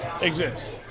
exist